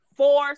four